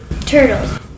turtles